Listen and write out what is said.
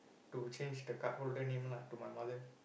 to change the cardholder name lah to my mother